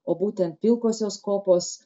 o būtent pilkosios kopos